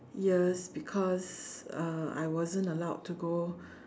ears because uh I wasn't allowed to go